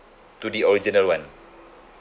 to the original one